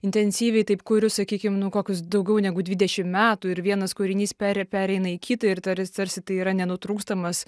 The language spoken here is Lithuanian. intensyviai taip kuriu sakykim nu kokius daugiau negu dvidešim metų ir vienas kūrinys per pereina į kitą ir tars tarsi tai yra nenutrūkstamas